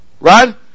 Right